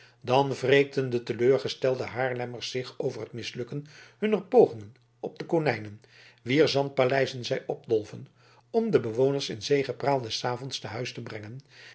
dan wreekten de teleurgestelde haarlemmers zich over het mislukken hunner pogingen op de konijnen wier zandpaleizen zij opdolven om de bewoners in zegepraal des avonds te huis te brengen